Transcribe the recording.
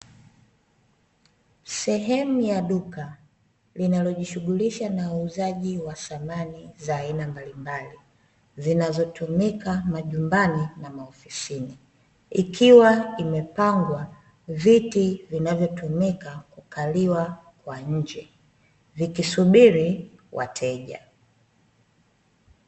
Mbegu za maua ya aina mbalimbali, zimehifadhiwa vizuri katika mifuko na kufungwa zimepangwa katika shelfu. Mbegu hizi hununuliwa na kwenda kupandwa mashambani au majumbani kwa ajili ya uzalishaji wa maua.